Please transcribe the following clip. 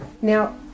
Now